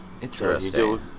Interesting